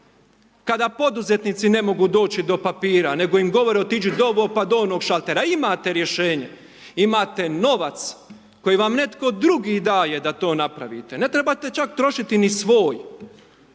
Kada poduzetnici ne mogu doći do papira, nego im govorite otiđi do ovog, pa do onog šatora, imate rješenje. Imate novac koji vam netko drugi daje da to napravite, ne trebate čak trošiti ni svoj.